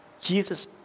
Jesus